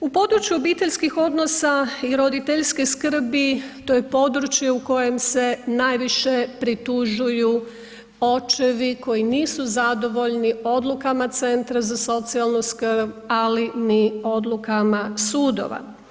U području obiteljskih odnosa i roditeljske skrbi, to je područje u kojem se najviše pritužuju očevi koji nisu zadovoljni odlukama CZSS-a, ali ni odlukama sudova.